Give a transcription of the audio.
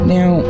Now